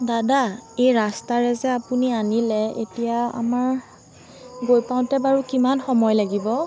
দাদা এই ৰাস্তাৰে যে আপুনি আনিলে এতিয়া আমাৰ গৈ পাওঁতে বাৰু কিমান সময় লাগিব